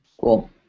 Cool